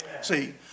see